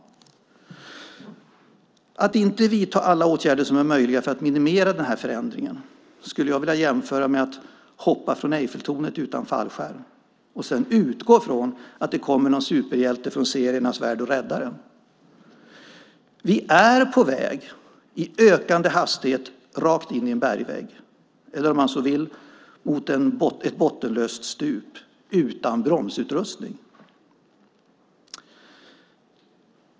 Att inte vidta alla åtgärder som är möjliga för att minimera den här förändringen skulle jag vilja jämföra med att hoppa från Eiffeltornet utan fallskärm och sedan utgå från att det kommer en superhjälte från seriernas värld och räddar en. Vi är på väg i ökande hastighet rakt in i en bergvägg, eller om man så vill mot ett bottenlöst stup utan bromsutrustning.